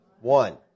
One